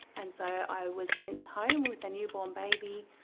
and so i was sent home with a newborn baby,